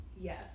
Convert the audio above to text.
Yes